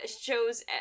shows